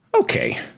okay